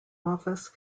office